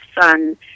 son